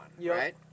right